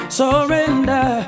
surrender